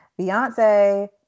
Beyonce